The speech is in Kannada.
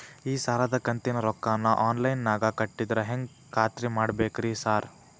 ಈ ಸಾಲದ ಕಂತಿನ ರೊಕ್ಕನಾ ಆನ್ಲೈನ್ ನಾಗ ಕಟ್ಟಿದ್ರ ಹೆಂಗ್ ಖಾತ್ರಿ ಮಾಡ್ಬೇಕ್ರಿ ಸಾರ್?